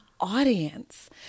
audience